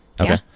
Okay